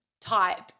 type